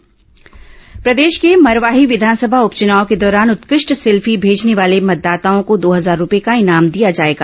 मरवाही उप निर्वाचन प्रदेश के मरवाही विधानसभा उप चुनाव के दौरान उत्कृष्ट सेल्फी भेजने वाले मतदाताओं को दो हजार रूपये का इनाम दिया जाएगा